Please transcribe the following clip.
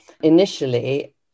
initially